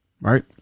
Right